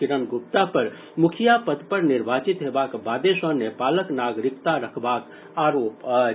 किरण गुप्ता पर मुखिया पद पर निर्वाचित हेबाक बादे सॅ नेपालक नागरिकता रखबाक आरोप अछि